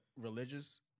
religious